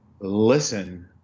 listen